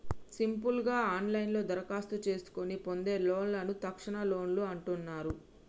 simple గా ఆన్లైన్లోనే దరఖాస్తు చేసుకొని పొందే లోన్లను తక్షణలోన్లు అంటున్నరు